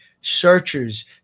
searchers